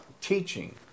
teaching